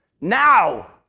now